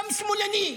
גם שמאלני.